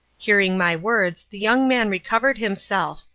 hearing my words, the young man recovered himself,